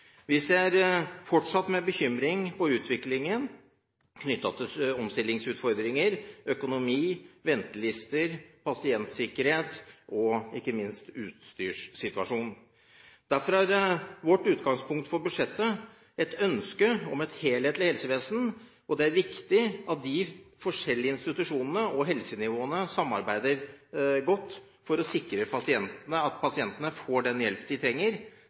Vi ser fortsatt med bekymring på utviklingen knyttet til sykehusenes omstillingsutfordringer, økonomi, ventelister, pasientsikkerhet og ikke minst utstyrssituasjonen. Derfor er vårt utgangspunkt for budsjettet ønsket om et helhetlig helsevesen, og det er viktig at de forskjellige institusjonene og helsenivåene samarbeider godt for å sikre at pasientene får den hjelp de trenger,